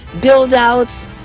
build-outs